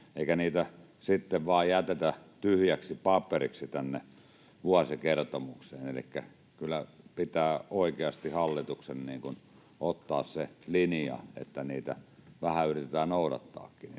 eikä niitä vain jätetä tyhjäksi paperiksi vuosikertomukseen. Elikkä kyllä pitää oikeasti hallituksen ottaa se linja, että niitä huomioita vähän yritetään noudattaakin.